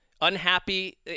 unhappy